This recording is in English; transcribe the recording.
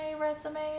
resume